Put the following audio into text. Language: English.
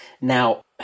Now